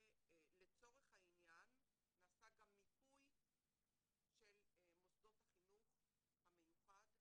לצורך העניין נעשה גם מיפוי של מוסדות החינוך המיוחד,